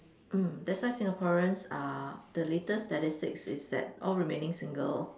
mm that's why Singaporeans are the latest statistics is that all remaining single